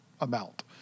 amount